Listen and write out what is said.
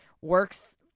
works